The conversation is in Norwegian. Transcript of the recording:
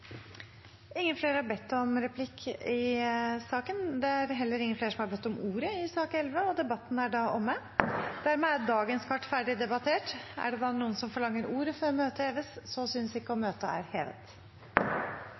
Flere har ikke bedt om replikk, og flere har heller ikke bedt om ordet til sak nr. 11. Dermed er dagens kart ferdigdebattert. Er det noen som forlanger ordet før møtet heves? – Så synes ikke, og